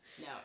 No